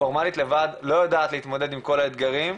פורמלית לבד לא יודעת להתמודד עם כל האתגרים,